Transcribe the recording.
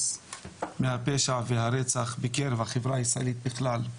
מהפשע והרצח בקרב החברה הישראלית בכלל.